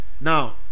now